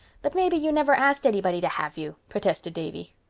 but maybe you never asked anybody to have you, protested davy.